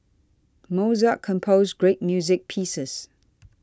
Mozart composed great music pieces